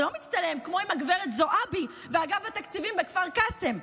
זה לא מצטלם כמו עם הגברת זועבי ואגף התקציבים בכפר קאסם,